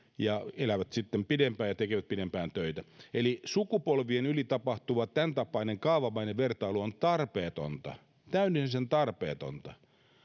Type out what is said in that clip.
ja elävät sitten pidempään ja tekevät pidempään töitä eli sukupolvien yli tapahtuva tämäntapainen kaavamainen vertailu on tarpeetonta täydellisen tarpeetonta